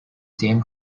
same